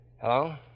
Hello